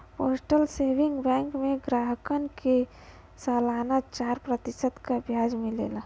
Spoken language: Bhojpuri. पोस्टल सेविंग बैंक में ग्राहकन के सलाना चार प्रतिशत क ब्याज मिलला